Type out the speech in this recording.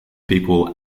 people